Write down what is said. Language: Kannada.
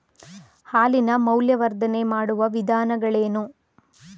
ಹಾಲಿನ ಮೌಲ್ಯವರ್ಧನೆ ಮಾಡುವ ವಿಧಾನಗಳೇನು?